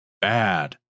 bad